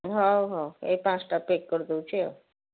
ହଉ ହଉ ଏଇ ପାଞ୍ଚଟା ପ୍ୟାକ୍ କରିଦେଉଛି ଆଉ